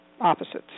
opposites